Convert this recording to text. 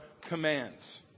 commands